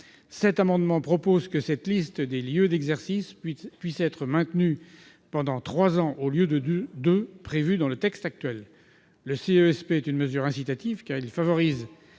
Aussi, nous proposons que cette liste des lieux d'exercice soit maintenue pendant trois ans, au lieu des deux ans prévus dans le texte actuel. Le CESP est une mesure incitative, car il favorise